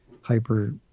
hyper